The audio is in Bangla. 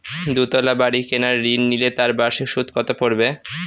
দুতলা বাড়ী কেনার ঋণ নিলে তার বার্ষিক সুদ কত পড়বে?